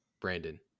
Brandon